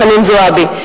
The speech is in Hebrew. חנין זועבי.